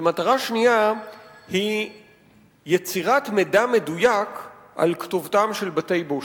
ומטרה שנייה היא יצירת מידע מדויק על כתובתם של בתי-בושת.